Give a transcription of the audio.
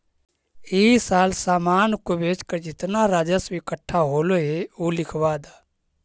इस साल सामान को बेचकर जितना राजस्व इकट्ठा होलो हे उ लिखवा द